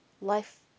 life